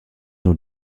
nur